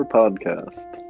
podcast